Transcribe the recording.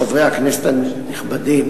חברי הכנסת הנכבדים,